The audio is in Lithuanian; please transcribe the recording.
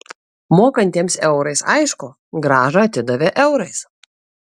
mokantiems eurais aišku grąžą atidavė eurais